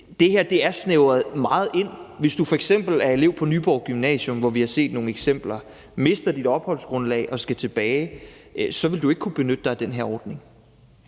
det her er snævret meget ind. Hvis du f.eks. er elev på Nyborg Gymnasium, hvor vi har set nogle eksempler, mister dit opholdsgrundlag og skal tilbage, så vil du ikke kunne benytte dig af den her ordning.